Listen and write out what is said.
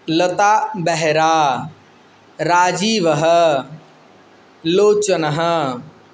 लता बेहेरा राजीवः लोचनः